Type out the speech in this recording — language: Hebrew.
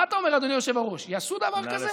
מה אתה אומר, אדוני היושב-ראש, יעשו דבר כזה?